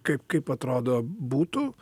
kaip kaip atrodo būtų